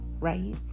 right